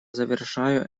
завершаю